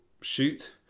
shoot